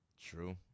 True